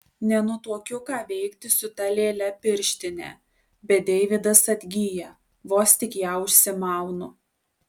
nenutuokiu ką veikti su ta lėle pirštine bet deividas atgyja vos tik ją užsimaunu